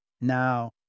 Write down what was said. Now